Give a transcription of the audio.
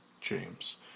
James